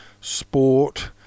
sport